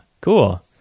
cool